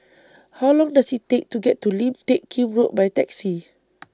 How Long Does IT Take to get to Lim Teck Kim Road By Taxi